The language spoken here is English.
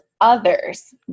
others